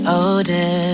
older